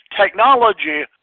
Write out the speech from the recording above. technology